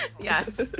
Yes